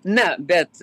na bet